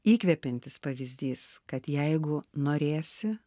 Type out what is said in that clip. įkvepiantis pavyzdys kad jeigu norėsi